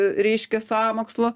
reiškia sąmokslo